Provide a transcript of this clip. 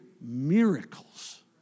miracles